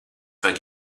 vajag